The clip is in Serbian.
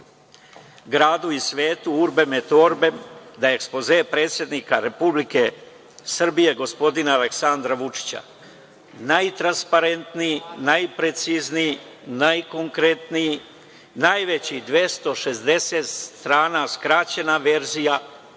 gradu i svetu, „urbem em torbem“, da je ekspoze predsednika Vlade Republike Srbije gospodina Aleksandra Vučića najtrasnarentniji, najprecizniji, najkonkretniji, najvećih 260 strana skraćena verzija